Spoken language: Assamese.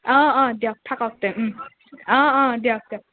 অঁ অঁ দিয়ক থাকক তে অঁ অঁ দিয়ক দিয়ক